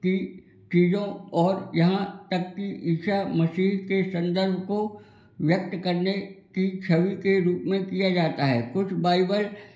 की चीज़ों ओर यहाँ तक की ईशा मसीह के संदर्भ को वक्त करने की छवि के रूप में किया जाता है कुछ बाइबल